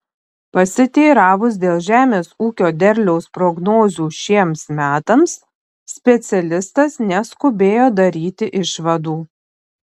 pasiteiravus dėl žemės ūkio derliaus prognozių šiems metams specialistas neskubėjo daryti išvadų